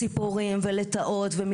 אני